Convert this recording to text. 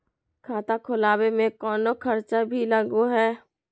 खाता खोलावे में कौनो खर्चा भी लगो है?